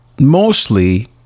mostly